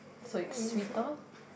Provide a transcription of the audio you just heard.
so it's sweeter